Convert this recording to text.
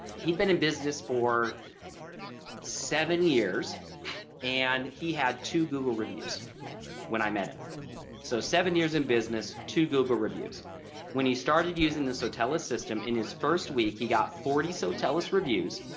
he'd been in business for seven years and he had two google reviews when i met him so seven years in business to google reviews when he started using the sotellus system in his first week he got forty sotellius reviews.